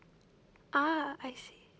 ah I see